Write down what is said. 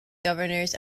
governors